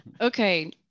Okay